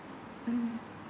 mm